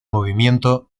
movimiento